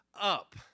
up